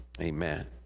Amen